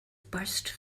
burst